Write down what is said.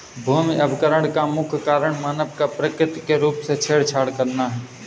भूमि अवकरण का मुख्य कारण मानव का प्रकृति के साथ छेड़छाड़ करना है